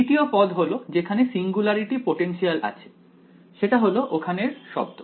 দ্বিতীয় পদ হল যেখানে সিঙ্গুলারিটি পোটেনশিয়াল আছে সেটা হল ওখানের শব্দ